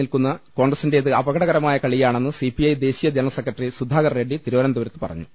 നില്ക്കുന്ന കോൺഗ്രസിന്റേത് അപകടകരമായ കളിയാണെന്ന് സി പി ഐ ദേശീയ ജനറൽ സെക്രട്ടറി സുധാകർ റെഡ്ഡി തിരുവനന്തപുരത്ത് പറഞ്ഞു